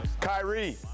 Kyrie